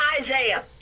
Isaiah